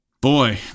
boy